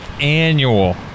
annual